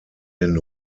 den